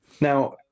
Now